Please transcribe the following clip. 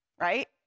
right